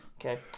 Okay